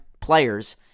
players